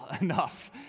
enough